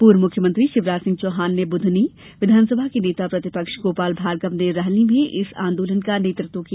पूर्व मुख्यमंत्री शिवराज सिंह चौहान ने बुधनी विधानसभा के नेता प्रतिपक्ष गोपाल भार्गव ने रेहली में इस आंदोलन का नेतृत्व किया